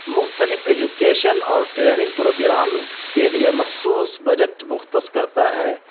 مختلف ایجوکیشن اور training programmes کے لیے مخصوص بجٹ مختص کرتا ہے